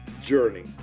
journey